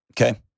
Okay